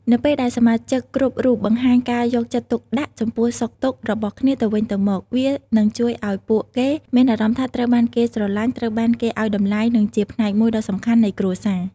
នៅពេលដែលសមាជិកគ្រប់រូបបង្ហាញការយកចិត្តទុកដាក់ចំពោះសុខទុក្ខរបស់គ្នាទៅវិញទៅមក វានឹងជួយឲ្យពួកគេមានអារម្មណ៍ថាត្រូវបានគេស្រឡាញ់ ត្រូវបានគេឲ្យតម្លៃ និងជាផ្នែកមួយដ៏សំខាន់នៃគ្រួសារ។